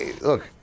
look